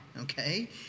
okay